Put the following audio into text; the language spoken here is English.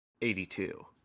82